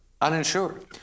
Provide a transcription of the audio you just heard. uninsured